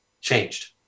changed